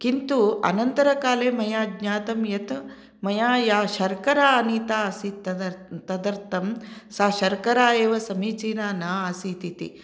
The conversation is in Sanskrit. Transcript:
किन्तु अनन्तरकाले मया ज्ञातं यत् मया या शर्करा आनीता आसीत् तदर् तदर्थं सा शर्करा एव समीचीना न आसीत् इति